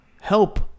help